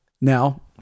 now